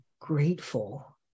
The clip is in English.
grateful